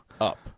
up